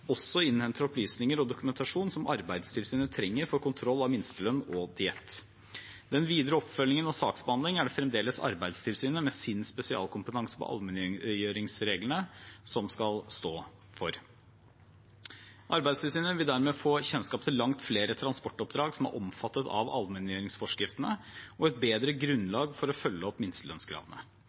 også innhenter opplysninger og dokumentasjon som Arbeidstilsynet trenger for kontroll av minstelønn og diett. Den videre oppfølgingen og saksbehandlingen er det fremdeles Arbeidstilsynet, med sin spesialkompetanse på allmenngjøringsreglene, som skal stå for. Arbeidstilsynet vil dermed få kjennskap til langt flere transportoppdrag som er omfattet av allmenngjøringsforskriftene, og et bedre grunnlag for å følge opp minstelønnskravene.